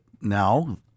now